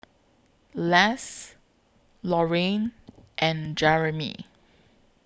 Les Lorraine and Jeramy